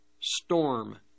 storm